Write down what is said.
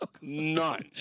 None